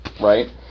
right